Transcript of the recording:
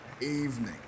evening